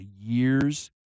year's